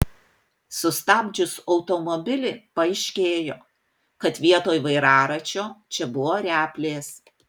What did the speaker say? sustabdžius automobilį paaiškėjo kad vietoj vairaračio čia buvo replės